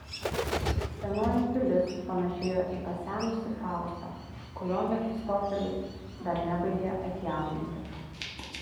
senoji pilis panėšėjo į pasenusį faustą kurio mefistofelis dar nebaigė atjauninti